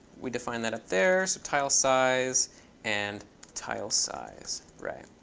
we defined that up there, so tile size and tile size, right.